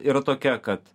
yra tokia kad